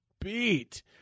beat